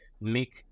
make